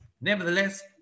Nevertheless